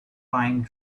pine